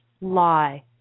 lie